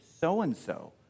so-and-so